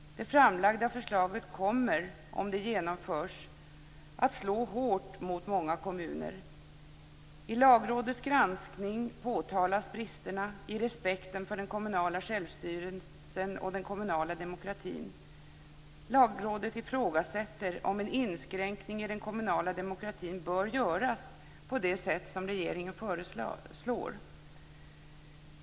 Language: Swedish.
Det framlagda förslaget kommer, om det genomförs, att slå hårt mot många kommuner. I Lagrådets granskning påtalas bristerna i respekten för den kommunala självstyrelsen och den kommunala demokratin. Lagrådet ifrågasätter om en inskränkning i den kommunala demokratin bör göras på det sätt som regeringen föreslår.